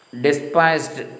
despised